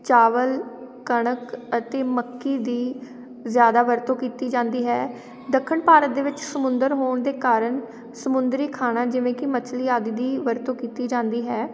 ਚਾਵਲ ਕਣਕ ਅਤੇ ਮੱਕੀ ਦੀ ਜ਼ਿਆਦਾ ਵਰਤੋਂ ਕੀਤੀ ਜਾਂਦੀ ਹੈ ਦੱਖਣ ਭਾਰਤ ਦੇ ਵਿੱਚ ਸਮੁੰਦਰ ਹੋਣ ਦੇ ਕਾਰਨ ਸਮੁੰਦਰੀ ਖਾਣਾ ਜਿਵੇਂ ਕਿ ਮੱਛਲੀ ਆਦਿ ਦੀ ਵਰਤੋਂ ਕੀਤੀ ਜਾਂਦੀ ਹੈ